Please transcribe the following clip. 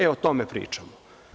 E, o tome pričamo.